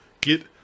get